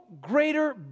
greater